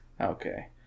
Okay